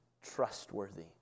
trustworthy